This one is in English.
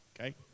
okay